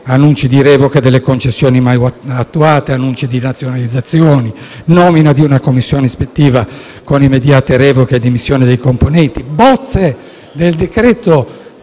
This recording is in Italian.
annunci di revoca delle concessioni mai attuate, annunci di nazionalizzazioni, nomina di una commissione ispettiva con immediate revoche e dimissioni dei componenti, bozze del decreto-legge